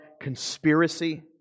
conspiracy